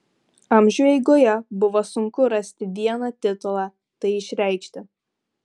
amžių eigoje buvo sunku rasti vieną titulą tai išreikšti